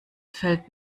fällt